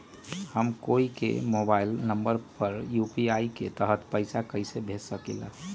हम कोई के मोबाइल नंबर पर यू.पी.आई के तहत पईसा कईसे भेज सकली ह?